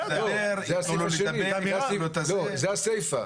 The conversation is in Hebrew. זה הסיפה.